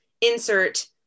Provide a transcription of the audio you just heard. insert